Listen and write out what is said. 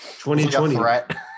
2020